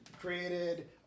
created